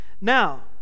Now